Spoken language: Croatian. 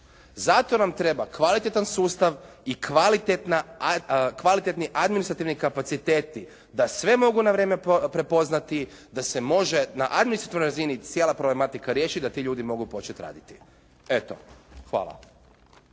Zato nam treba kvalitetan sustav i kvalitetni administrativni kapaciteti da sve mogu na vrijeme prepoznati da se može na administrativnoj razini cijela problematika riješiti da ti ljudi mogu početi raditi. Eto, hvala.